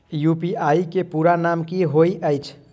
UPI केँ पूरा नाम की होइत अछि?